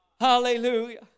Hallelujah